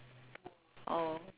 or